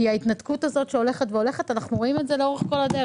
ההתנתקות שקורית, אנחנו רואים אותה לאורך כל הדרך.